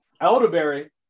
elderberry